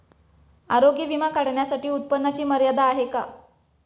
आरोग्य विमा काढण्यासाठी उत्पन्नाची मर्यादा आहे का?